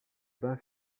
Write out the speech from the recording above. bas